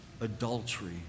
adultery